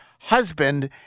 husband